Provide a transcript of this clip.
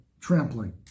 trampling